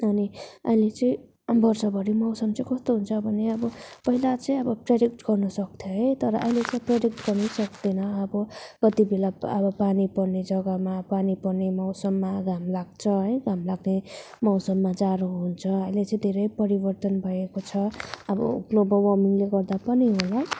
अनि अहिले चाहिँ वर्षभरि मौसम चाहिँ कस्तो हुन्छ भने अब पहिला चाहिँ अब प्रेडिक्ट गर्नु सक्थ्यो है तर अहिले चाहिँ प्रेडिक्ट गर्नु पनि सक्दैन अब कति बेला अब पानी पर्नेछ जग्गामा पानी पर्ने मौसममा घाम लाग्छ है घाम लाग्ने मौसममा जाडो हुन्छ अहिले चाहिँ देरै परिवर्तन भएको छ अब ग्लोबल वर्मिङले गर्दा पनि होला